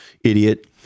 idiot